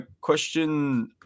question